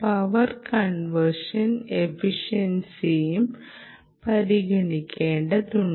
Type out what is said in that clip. power conversion എഫിഷൻസിയും പരിഗണിക്കേണ്ടതുണ്ട്